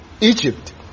Egypt